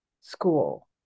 school